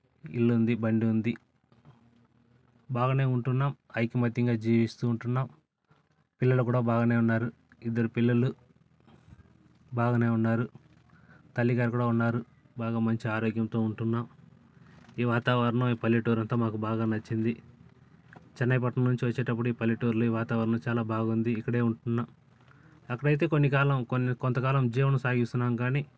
ఇల్లు ఉంది బండి ఉంది బాగానే ఉంటున్నాం ఐకమత్యంగా జీవిస్తు ఉంటున్నాం పిల్లలు కూడా బాగానే ఉన్నారు ఇద్దరు పిల్లలు బాగానే ఉన్నారు తల్లి గారు కూడా ఉన్నారు బాగా మంచి ఆరోగ్యంతో ఉంటున్నాం ఈ వాతావరణం ఈ పల్లెటూరు అంత మాకు బాగా నచ్చింది చెన్నై పట్టణం నుంచి వచ్చేటప్పుడు ఈ పల్లెటూరులో ఈ వాతావరణం చాలా బాగుంది ఇక్కడే ఉంటున్నాం అక్కడ అయితే కొన్ని కాలం కొంతకాలం జీవనం సాగిస్తున్నాం కానీ